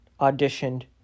auditioned